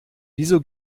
wieso